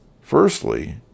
Firstly